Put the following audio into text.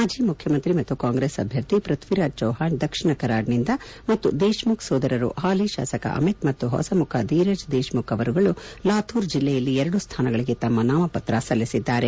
ಮಾಜಿ ಮುಖ್ಯಮಂತ್ರಿ ಮತ್ತು ಕಾಂಗ್ರೆಸ್ ಅಭ್ಯರ್ಥಿ ಪೃಥ್ಲಿರಾಜ್ ಚೌಹಾಣ್ ದಕ್ಷಿಣ ಕರಾಡ್ನಿಂದ ಮತ್ತು ದೇಶ್ಮುಖ್ ಸೋದರರು ಹಾಲಿ ಶಾಸಕ ಅಮಿತ್ ಮತ್ತು ಹೊಸ ಮುಖ ಧೀರಜ್ ದೇಶ್ಮುಖ್ ಅವರುಗಳು ಲಾಥೂರ್ ಜಿಲ್ಲೆಯಲ್ಲಿ ಎರಡು ಸ್ವಾನಗಳಿಗೆ ತಮ್ಮ ನಾಮಪತ್ರ ಸಲ್ಲಿಸಿದ್ದಾರೆ